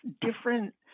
different